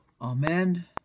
Amen